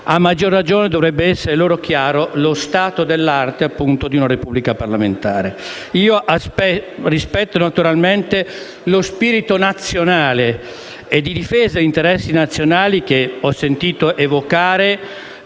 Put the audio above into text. a maggiore ragione, dovrebbe essere loro chiaro lo stato dell'arte di una Repubblica parlamentare. Rispetto naturalmente lo spirito nazionale e di difesa degli interessi nazionali, che ho sentito evocare